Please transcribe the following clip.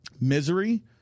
Misery